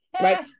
right